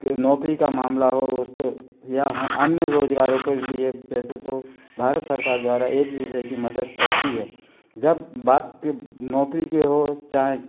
नौकरी का मामला हो उसपे या हँ अन्य रोजगारों के लिए पैसे तो भारत सरकार द्वारा एक दूसरे की मदद करती है जब बात नौकरी की हो चाहें